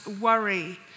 worry